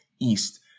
east